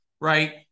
right